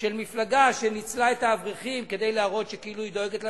של מפלגה שניצלה את האברכים כדי להראות כאילו היא דואגת לסטודנטים,